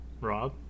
Rob